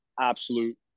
absolute